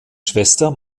schwester